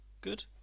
good